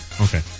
okay